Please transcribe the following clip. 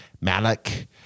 malik